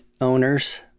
owners